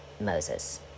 Moses